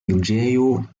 juĝejo